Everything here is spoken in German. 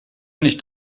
nicht